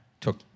Took